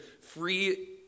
free